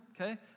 okay